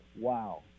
Wow